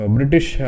British